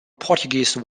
portuguese